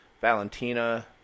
Valentina